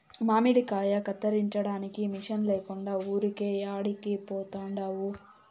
మామిడికాయ కత్తిరించడానికి మిషన్ లేకుండా ఊరికే యాడికి పోతండావు